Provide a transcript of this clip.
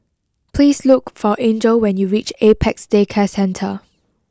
please look for angel when you reach Apex Day Care Centre